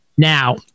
Now